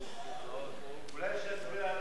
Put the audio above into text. אולי שיסביר לנו,